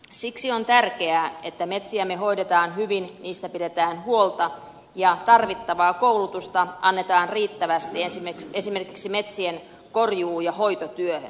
siksi on tärkeää että metsiämme hoidetaan hyvin niistä pidetään huolta ja tarvittavaa koulutusta annetaan riittävästi esimerkiksi metsien korjuu ja hoitotyöhön